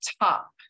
top